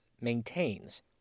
maintains